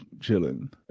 chilling